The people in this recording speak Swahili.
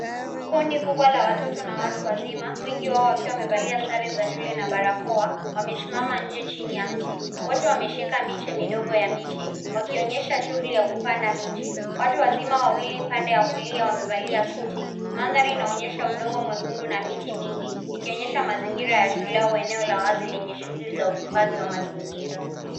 Kundi kubwa la watoto na watu wazima, wengi wao wakiwa wamevalia sare za shule na barakoa, wamesimama nje chini ya mti. Wote wameshika miche midogo ya miti, wakionyesha shughuli ya kupanda miti. Watu wazima wawili pande ya kulia wamevalia suti. Mandhari inaonyesha udongo mwekundu na miti mingi ,ikionyesha mazingira ya shule au eneo la wazi ,lenye shughuli la uhifadhi wa mazingira.